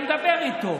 לפוטין, היה מדבר איתו,